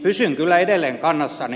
pysyn kyllä edelleen kannassani